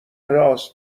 رآس